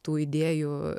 tų idėjų